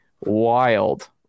wild